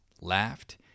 laughed